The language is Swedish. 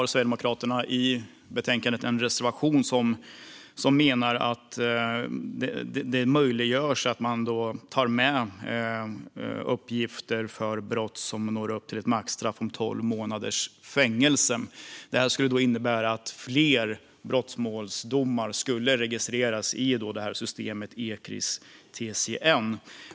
Sverigedemokraterna har i betänkandet en reservation där vi menar att det möjliggörs för att ta med uppgifter om brott som når upp till ett maxstraff om tolv månaders fängelse. Det skulle innebära att fler brottmålsdomar skulle registreras i det här systemet, Ecris-TCN.